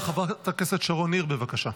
חברת הכנסת שרון ניר, בבקשה.